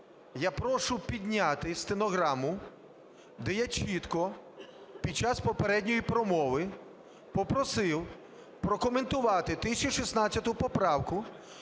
я прошу підняти стенограму, де я чітко під час попередньої промови попросив прокоментувати 1016 поправку